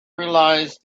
realise